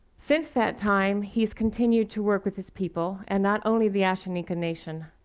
since that time, he's continued to work with his people, and not only the ashaninka nation,